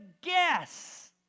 guess